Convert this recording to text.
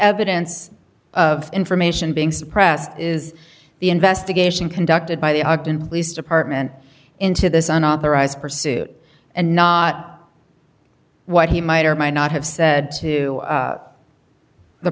evidence of information being suppressed is the investigation conducted by the ogden release department into this unauthorized pursuit and not what he might or might not have said to